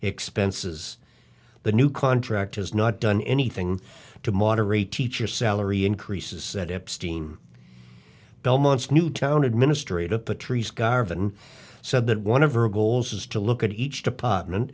expenses the new contract has not done anything to moderate teacher salary increases at epstein belmont's newtown administrator patrice garvan said that one of her goals is to look at each department